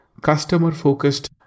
customer-focused